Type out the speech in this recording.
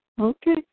Okay